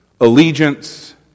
allegiance